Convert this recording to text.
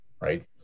right